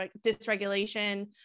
dysregulation